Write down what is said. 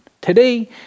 Today